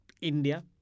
India